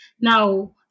now